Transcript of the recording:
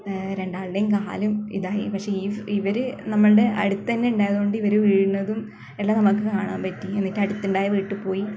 രണ്ടാളുടെയും കാലും ഇതായി പക്ഷേ ഇവർ നമ്മുടെ അടുത്ത് തന്നെ ഉണ്ടായത് കൊണ്ട് ഇവർ വീഴുന്നതും എല്ലാം നമുക്ക് കാണാന് പറ്റി എന്നിട്ട് അടുത്തുണ്ടായ വീട്ടിൽ പോയി